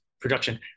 production